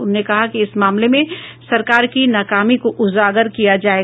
उन्होंने कहा कि इस मामले में सरकार की नाकामी को उजागर किया जाएगा